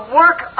work